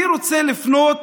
אני רוצה לפנות